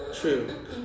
True